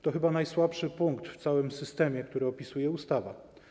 To chyba najsłabszy punkt w całym systemie, który opisuje ustawa.